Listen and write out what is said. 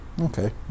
Okay